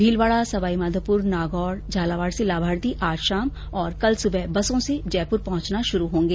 भीलवाडा सवाईमाघोपुर नागौर झालावाड से लामार्थी आज शाम और कल सुबह बसों से जयपुर पहुंचना शुरू होंगे